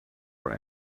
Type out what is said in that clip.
our